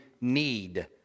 need